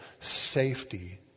safety